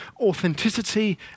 authenticity